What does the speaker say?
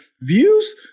views